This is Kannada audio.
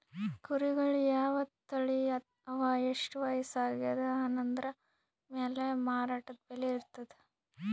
ಕುರಿಗಳ್ ಯಾವ್ ತಳಿ ಅವಾ ಎಷ್ಟ್ ವಯಸ್ಸ್ ಆಗ್ಯಾದ್ ಅನದ್ರ್ ಮ್ಯಾಲ್ ಮಾರಾಟದ್ ಬೆಲೆ ಇರ್ತದ್